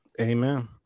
amen